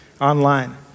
online